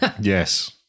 Yes